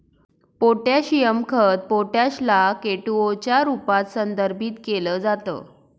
potassium खत potash ला K two O च्या रूपात संदर्भित केल जात